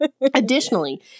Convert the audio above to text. Additionally